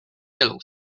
yellow